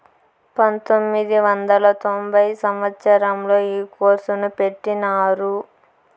పంతొమ్మిది వందల తొంభై సంవచ్చరంలో ఈ కోర్సును పెట్టినారు